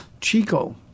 Chico